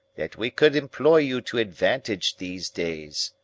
that we could employ you to advantage these days.